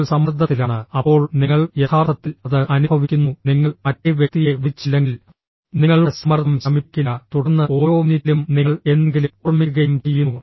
നിങ്ങൾ സമ്മർദ്ദത്തിലാണ് അപ്പോൾ നിങ്ങൾ യഥാർത്ഥത്തിൽ അത് അനുഭവിക്കുന്നു നിങ്ങൾ മറ്റേ വ്യക്തിയെ വിളിച്ചില്ലെങ്കിൽ നിങ്ങളുടെ സമ്മർദ്ദം ശമിപ്പിക്കില്ല തുടർന്ന് ഓരോ മിനിറ്റിലും നിങ്ങൾ എന്തെങ്കിലും ഓർമ്മിക്കുകയും ചെയ്യുന്നു